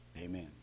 Amen